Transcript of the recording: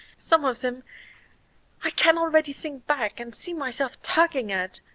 some of them i can already think back and see myself tugging at,